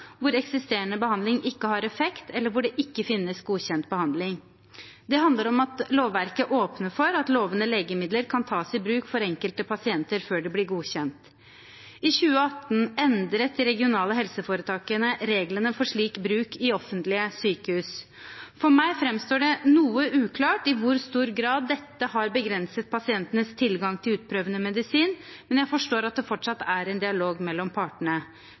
eksisterende behandling ikke har effekt, eller der det ikke finnes godkjent behandling. Det handler om at lovverket åpner for at lovende legemidler kan tas i bruk for enkelte pasienter før de blir godkjent. I 2018 endret de regionale helseforetakene reglene for slik bruk i offentlige sykehus. For meg framstår det noe uklart i hvor stor grad dette har begrenset pasientenes tilgang til utprøvende medisin, men jeg forstår at det fortsatt er en dialog mellom partene.